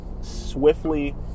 swiftly